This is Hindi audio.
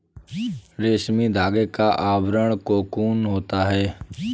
रेशमी धागे का आवरण कोकून होता है